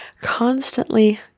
constantly